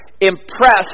impress